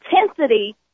intensity